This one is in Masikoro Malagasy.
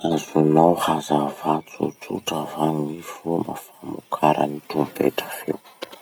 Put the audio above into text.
Azonao hazavà tsotsotra va gny fomba famokaran'ny trompetra feo?